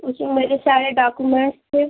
उसमें मेरे सारे डाकुमेंट्स थे